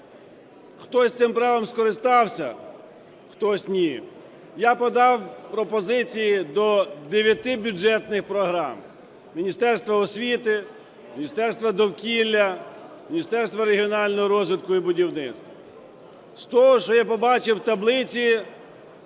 Хтось цим правом скористався, хтось – ні. Я подав пропозиції до дев'яти бюджетних програм: Міністерства освіти, Міністерства довкілля, Міністерства регіонального розвитку і будівництва. З того, що я побачив, у таблиці